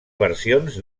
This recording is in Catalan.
versions